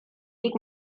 dic